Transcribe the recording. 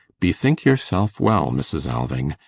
bethink yourself well, mrs. alving.